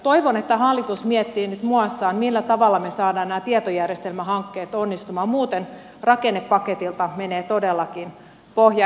toivon että hallitus miettii nyt muassaan millä tavalla me saamme nämä tietojärjestelmähankkeet onnistumaan muuten rakennepaketilta menee todellakin pohja